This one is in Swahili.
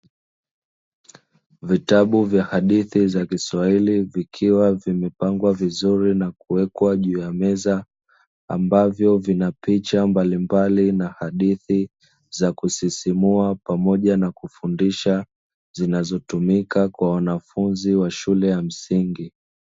Vitabu vya hadithi vya kiswahili vikiwa vimepangwa vizuri na kuwekwa juu ya meza, ambavyo vina picha mbalimbali na hadithi za kusisimua pamoja na kufundisha vinavyotumika katika wanafunzi wa shule ya msingi.